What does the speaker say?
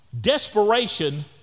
desperation